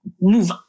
move